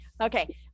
okay